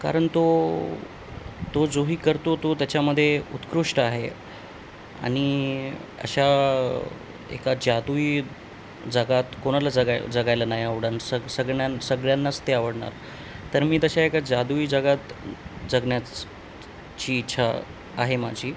कारण तो तो जोही करतो तो त्याच्यामध्ये उत्कृष्ट आहे आणि अशा एका जादुई जगात कोणाला जगाय जगायला नाही आवडेन सग सगण्यां सगळ्यांनाच ते आवडणार तर मी तशा एका जादुई जगात जगण्याची इच्छा आहे माझी